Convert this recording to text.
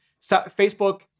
Facebook